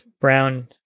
brown